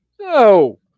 No